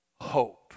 hope